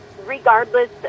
regardless